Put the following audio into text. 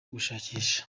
gushakisha